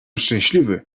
szczęśliwy